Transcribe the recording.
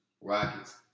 Rockets